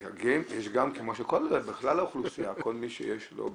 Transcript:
יש גם, כמו שבכלל האוכלוסייה, כל מי שיש לו בעיה,